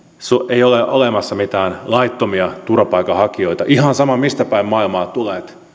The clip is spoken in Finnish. ei ole olemassa mitään laittomia turvapaikanhakijoita ihan sama mistä päin maailmaa tulet